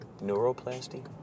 Neuroplasty